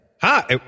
Hi